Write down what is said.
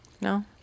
No